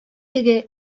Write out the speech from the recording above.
теге